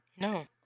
No